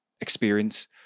experience